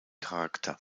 charakter